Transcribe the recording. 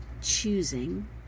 choosing